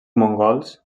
mongols